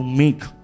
make